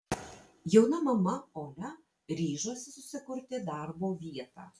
jauna mama olia ryžosi susikurti darbo vietą